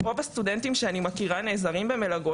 רוב הסטודנטים שאני מכירה נעזרים במלגות